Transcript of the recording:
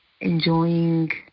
enjoying